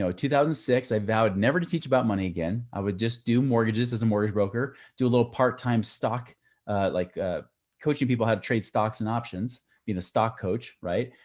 so two thousand and six, i vowed never to teach about money. again. i would just do mortgages as a mortgage broker, do a little part-time stock like ah coaching people, how to trade stocks and options being a stock coach. right?